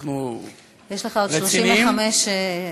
יש לך עוד 35 שניות.